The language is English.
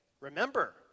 Remember